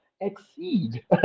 exceed